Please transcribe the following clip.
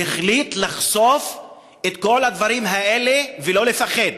והחליט לחשוף את כל הדברים האלה ולא לפחד.